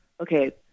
okay